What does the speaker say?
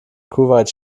kuwait